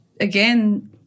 again